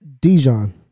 Dijon